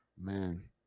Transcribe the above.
Man